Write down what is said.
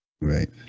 right